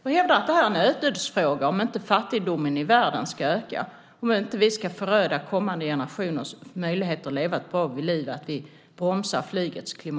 De hävdar att det är en ödesfråga att bromsa flygets klimateffekter om inte fattigdomen i världen ska öka och om vi inte ska föröda kommande generationers möjligheter att leva ett bra liv.